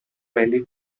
valley